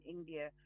India